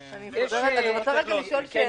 רוצה לשאול שאלה.